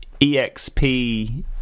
EXP